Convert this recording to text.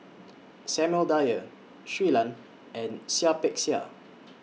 Samuel Dyer Shui Lan and Seah Peck Seah